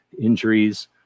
injuries